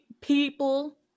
people